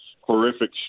horrific